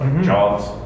jobs